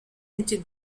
into